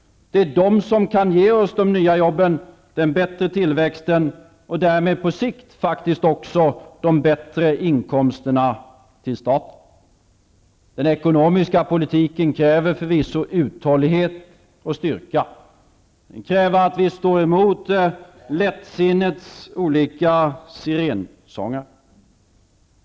Det är dessa sänkta skatter som kan ge oss nya jobb, bättre tillväxt och därmed faktiskt på sikt också bättre inkomster till staten. Den ekonomiska politiken kräver förvisso uthållighet och styrka. Den kräver att vi står emot lättsinnets olika sirénsånger.